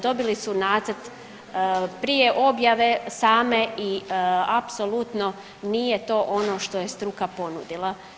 Dobili su nacrt prije objave same i apsolutno nije to ono što je struka ponudila.